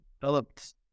developed